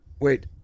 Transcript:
Wait